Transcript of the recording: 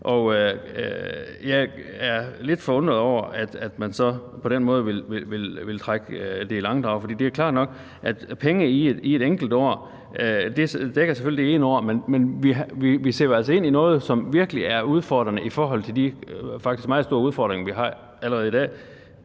Jeg er lidt forundret over, at man så på den måde vil trække det i langdrag. Det er klart nok, at penge i et enkelt år selvfølgelig dækker det ene år, men vi ser jo altså ind i noget, som virkelig er udfordrende i forhold til de meget store udfordringer, vi faktisk har allerede i dag.